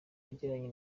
yagiranye